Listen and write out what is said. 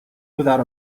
without